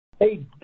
Hey